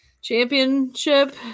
championship